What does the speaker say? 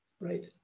Right